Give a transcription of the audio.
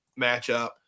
matchup